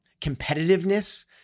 competitiveness